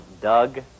Doug